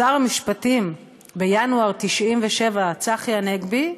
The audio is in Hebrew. שר המשפטים בינואר 1997 צחי הנגבי,